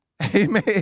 Amen